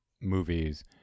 movies